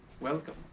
Welcome